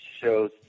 shows